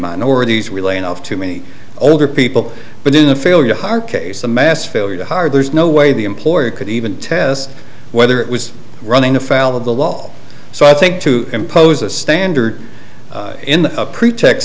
minorities we lay off too many older people but then the failure hardcase the mass failure to hire there's no way the employer could even test whether it was running afoul of the law so i think to impose a standard in a pretext